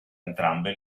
entrambe